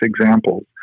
examples